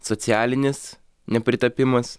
socialinis nepritapimas